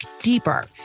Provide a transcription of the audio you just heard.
deeper